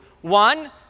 One